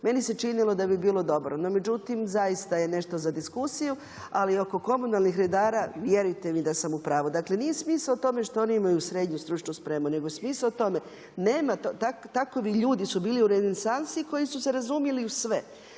Meni se činili da bi bilo dobro, no međutim nešto je zaista za diskusiju, alki oko komunalnih redara, vjerujte mi da sam u pravu. Dakle, nije smisao u tome što oni imaju srednju stručnu spremu, nego je smisao tome, takvi ljudi su bili u renesansi koji su se razumili u sve,